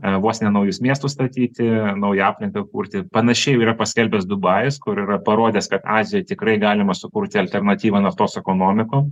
e vos ne naujus miestus statyti e naują aplinką kurti panašiai yra paskelbęs dubajus kur yra parodęs kad azijoj tikrai galima sukurti alternatyvą naftos ekonomiko